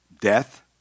Death